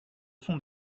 sont